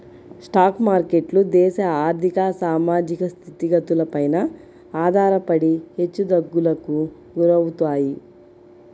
stock మార్కెట్లు దేశ ఆర్ధిక, సామాజిక స్థితిగతులపైన ఆధారపడి హెచ్చుతగ్గులకు గురవుతాయి